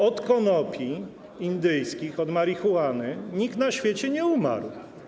Od konopi indyjskich, od marihuany nikt na świecie nie umarł.